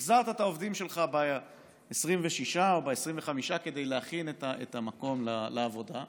החזרת את העובדים שלך ב-26 או ב-25 כדי להכין את המקום לעבודה,